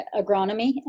agronomy